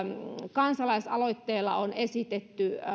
kansalaisaloitteella on esitetty